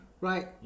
Right